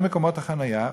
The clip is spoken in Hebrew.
יותר מקומות חניה,